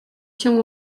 się